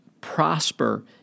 prosper